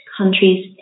countries